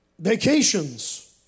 vacations